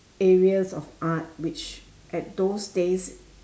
areas of art which at those days